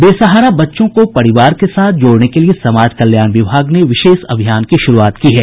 बेसहारा बच्चों को परिवार के साथ जोड़ने के लिए समाज कल्याण विभाग ने विशेष अभियान की शुरूआत की है